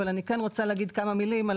אבל אני כן רוצה לומר כמה מילים על